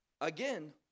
again